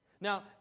Now